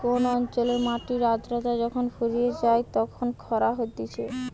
কোন অঞ্চলের মাটির আদ্রতা যখন ফুরিয়ে যায় তখন খরা হতিছে